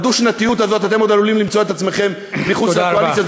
בדו-שנתיות הזאת אתם עוד עלולים למצוא את עצמכם מחוץ לקואליציה.